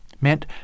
meant